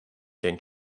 ten